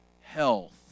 health